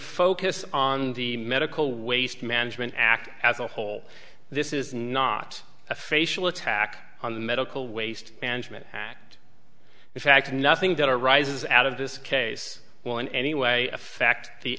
focus on the medical waste management act as a whole this is not a facial attack on the medical waste management act in fact nothing that arises out of this case will in any way affect the